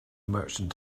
merchant